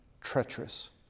treacherous